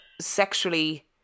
sexually